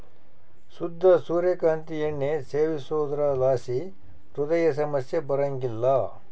ಶುದ್ಧ ಸೂರ್ಯ ಕಾಂತಿ ಎಣ್ಣೆ ಸೇವಿಸೋದ್ರಲಾಸಿ ಹೃದಯ ಸಮಸ್ಯೆ ಬರಂಗಿಲ್ಲ